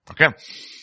okay